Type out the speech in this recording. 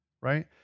Right